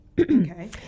okay